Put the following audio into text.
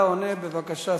אתה עונה, בבקשה.